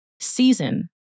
season